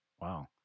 Wow